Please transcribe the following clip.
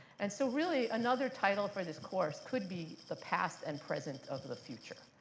and so, really, another title for this course could be the past and present of the future.